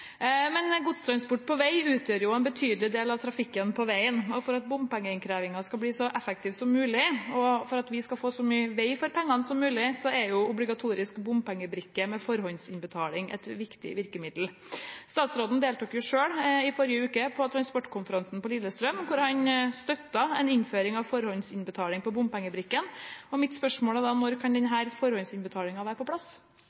men likevel gi inntrykk for verden at de skulle ønske ting var veldig annerledes. Ja, vi er jo ikke med på å vedta alt det andre foreslår, det har ministeren selv påpekt. Godstransport på vei utgjør en betydelig del av trafikken på veien, og for at bompengeinnkrevingen skal bli så effektiv som mulig, og for at vi skal få så mye vei for pengene som mulig, er obligatorisk bompengebrikke med forhåndsinnbetaling et viktig virkemiddel. Statsråden deltok selv i forrige uke på transportkonferansen på Lillestrøm, hvor han